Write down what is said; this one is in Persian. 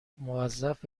موظف